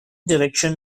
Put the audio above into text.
direction